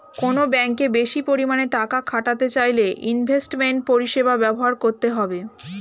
কোনো ব্যাঙ্কে বেশি পরিমাণে টাকা খাটাতে চাইলে ইনভেস্টমেন্ট পরিষেবা ব্যবহার করতে হবে